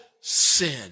sin